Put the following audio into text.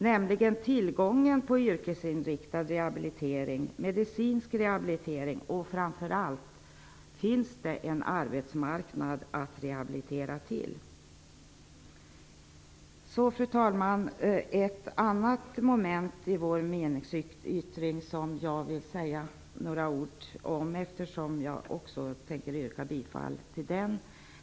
Det gäller tillgången på yrkesinriktad rehabilitering, medicinsk rehabilitering och framför allt om det finns en arbetsmarknad att rehabilitera till. Fru talman! Det finns ett annat moment i vår meningsyttring som jag vill säga några ord om eftersom jag tänker yrka bifall till det.